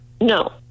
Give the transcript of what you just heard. No